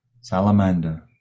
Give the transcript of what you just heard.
salamander